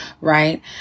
right